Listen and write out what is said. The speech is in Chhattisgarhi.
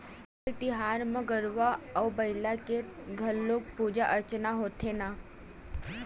पोंगल तिहार म गरूवय अउ बईला के घलोक पूजा अरचना होथे न